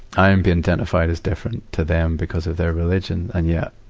i'm being identified as different to them because of their religion. and yet,